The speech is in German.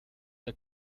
der